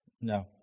No